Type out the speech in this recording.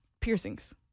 piercings